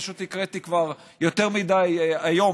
פשוט הקראתי כבר יותר מדי היום,